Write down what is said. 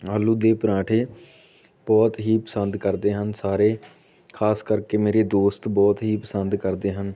ਆਲੂ ਦੇ ਪਰੌਂਠੇ ਬਹੁਤ ਹੀ ਪਸੰਦ ਕਰਦੇ ਹਨ ਸਾਰੇ ਖ਼ਾਸ ਕਰਕੇ ਮੇਰੇ ਦੋਸਤ ਬਹੁਤ ਹੀ ਪਸੰਦ ਕਰਦੇ ਹਨ